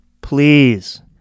Please